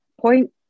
point